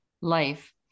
life